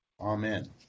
Amen